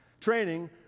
training